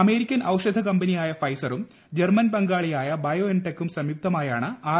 American ഔഷധ കമ്പനിയായ ഫൈസറും ജർമ്മൻ പങ്കാളിയായ ബയോഎൻടെകും സംയുക്തമായാണ് ആർ